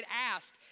Ask